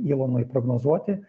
ilonui prognozuoti